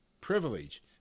privilege